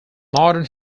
modern